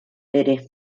ere